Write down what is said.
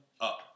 up